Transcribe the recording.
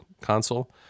console